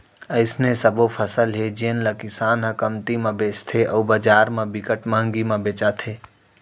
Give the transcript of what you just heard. अइसने सबो फसल हे जेन ल किसान ह कमती म बेचथे अउ बजार म बिकट मंहगी म बेचाथे